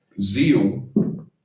Zeal